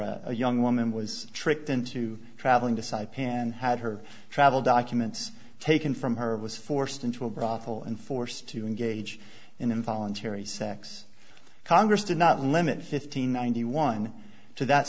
where a young woman was tricked into traveling to cite pand had her travel documents taken from her was forced into a brothel and forced to engage in involuntary sex congress did not limit fifteen ninety one to that